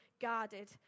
guarded